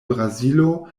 brazilo